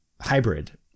Hybrid